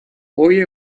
boy